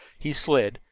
he slid,